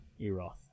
Eroth